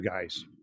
guys